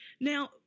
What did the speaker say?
Now